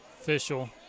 official